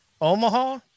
Omaha